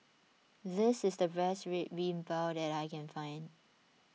this is the best Red Bean Bao that I can find